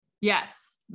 yes